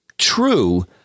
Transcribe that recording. true